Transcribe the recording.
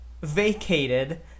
vacated